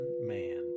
man